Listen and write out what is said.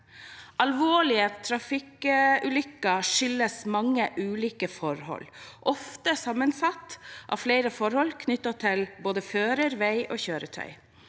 Alvorlige trafikkulykker skyldes mange ulike forhold, ofte sammensatte forhold knyttet til både fører, vei og kjøretøy.